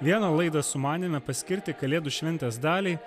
vieną laidą sumanėme paskirti kalėdų šventės daliai